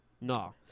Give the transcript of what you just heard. No